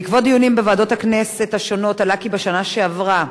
בעקבות דיונים בוועדות הכנסת השונות עלה כי בשנה שעברה,